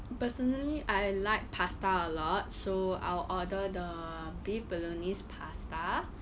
personally I like pasta a lot so I'll order the beef bolognese pasta